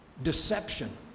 deception